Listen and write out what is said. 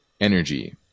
Energy